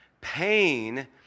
Pain